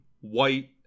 white